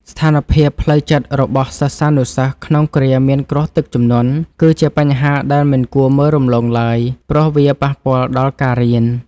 ស្ថានភាពផ្លូវចិត្តរបស់សិស្សានុសិស្សក្នុងគ្រាមានគ្រោះទឹកជំនន់ គឺជាបញ្ហាដែលមិនគួរមើលរំលងឡើយ ព្រោះវាប៉ះពាល់ដល់ការរៀន។